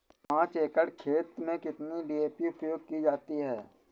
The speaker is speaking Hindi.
पाँच एकड़ खेत में कितनी डी.ए.पी उपयोग की जाती है?